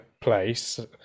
place